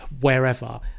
wherever